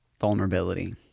vulnerability